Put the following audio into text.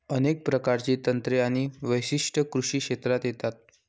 अनेक प्रकारची तंत्रे आणि वैशिष्ट्ये कृषी क्षेत्रात येतात